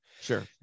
sure